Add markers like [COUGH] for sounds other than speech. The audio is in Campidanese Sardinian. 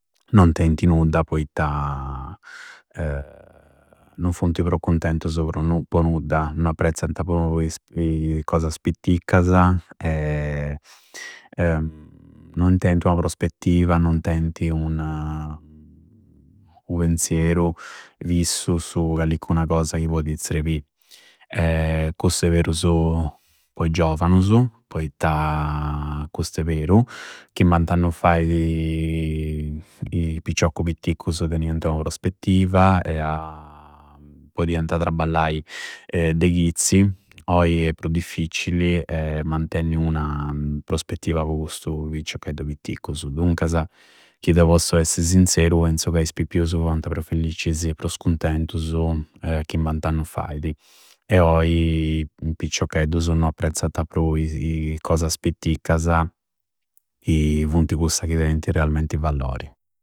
Non teinti nudda poitta [HESITATION] non funti pru contenutsu pro nu. Po nudda. No apprezzanta poi. I cosasa pitticcasa e [HESITATION] non teinti ua prospettiva, no teinti un, [HESITATION] u pensieru fissu su callincuna cosa chi poidi zrebì. [HESITATION] Cussu è berusu po i giovanusu, poitta custa è beru. Chimbanta annu faidi [HESITATION] i piccioccu pitticcusu tenianta ua prospettiva e [HESITATION] podianta trabballai de chizzi. Oi è pru difficilli [HESITATION] mantenni una prospettiva po custu piccioccheddu piutticcus, duncasa chi deu pozzu esse sinzeru penzu ca is pippiusu fuanta pru felliccisi, prus cuntenutsu chimbant'annu faidi; e oi piccioccheddusu non apprezzanta pru i cosas pitticcasa e funti cussa chi teinti realmenti vallori.